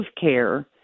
care